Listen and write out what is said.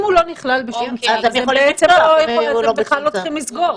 אם הוא לא נכלל בשום צו אז הם בכלל לא צריכים לסגור.